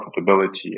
profitability